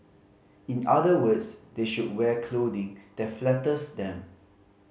in other words they should wear clothing that flatters them